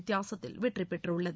வித்தியாசத்தில் வெற்றிபெற்றுள்ளது